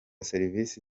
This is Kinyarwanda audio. serivisi